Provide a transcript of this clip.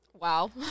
Wow